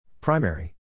Primary